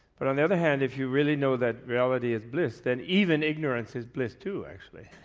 but on the other hand if you really know that reality is bliss, then even ignorance is bliss too actually.